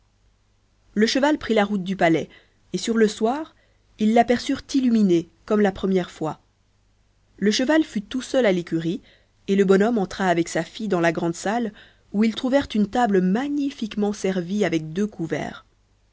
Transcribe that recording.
le cheval prit la route du palais et sur le soir ils l'aperçurent illuminé comme la première fois le cheval fut tout seul à l'écurie et le bon homme entra avec sa fille dans la grande salle où ils trouvèrent une table magnifiquement servie avec deux couverts